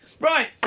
Right